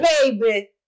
Baby